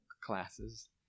classes